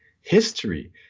history